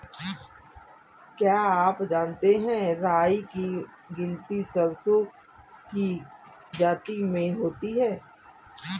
क्या आप जानते है राई की गिनती सरसों की जाति में होती है?